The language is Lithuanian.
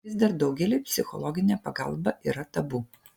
vis dar daugeliui psichologinė pagalba yra tabu